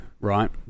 right